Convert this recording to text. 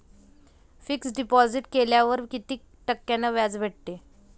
Fix deposit केल्यावर कितीक टक्क्यान व्याज भेटते?